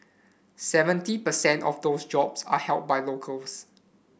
seventy per cent of those jobs are held by locals